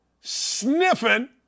sniffing